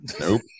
Nope